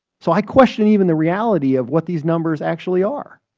so i question even the reality of what these numbers actually are.